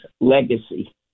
legacy